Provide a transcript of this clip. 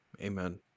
Amen